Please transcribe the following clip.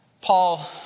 Paul